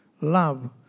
love